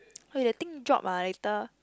eh the thing drop ah later